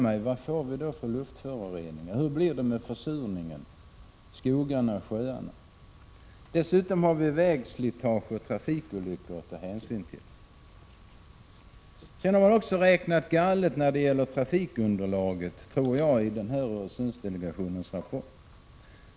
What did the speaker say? Jag frågar mig då vilka luftföroreningar vi får och hur det blir med försurningen av skogar och sjöar. Dessutom har vi vägslitage och trafikolyckor att ta hänsyn till. Öresundsdelegationen har i sin rapport också räknat galet när det gäller trafikunderlaget, tror jag.